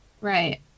Right